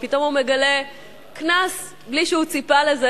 ופתאום הוא מגלה קנס בלי שהוא ציפה לזה,